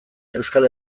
euskal